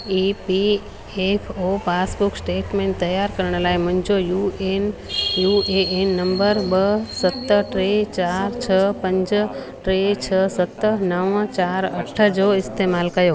ई P F O passbook statement तयार करण लाइ मुंहिंजो U N U A N number ॿ सत टे चारि छह पंज टे छह सत नव चारि अठ जो इस्तेमाल कयो